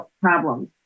problems